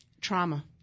Trauma